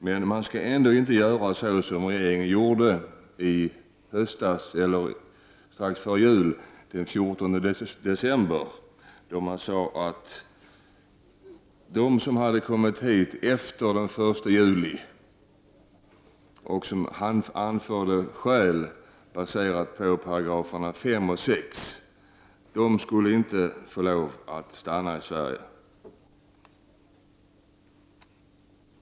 Men man skall ändå inte göra som regeringen gjorde den 14 december, när den sade att de som hade kommit hit efter den 1 juli och som anförde skäl baserade på §§ 5 och 6 inte skulle få stanna i Sverige.